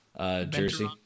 jersey